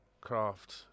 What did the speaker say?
Craft